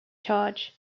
charge